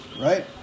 right